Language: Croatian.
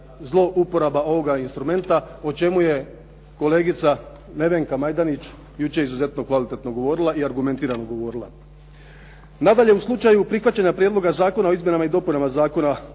zlouporaba ovoga instrumenta o čemu je kolegica Nevenka Majdenić jučer izuzetno kvalitetno govorila i argumentirano govorila. Nadalje, u slučaju prihvaćanja Prijedloga zakona o Izmjenama i dopunama Zakona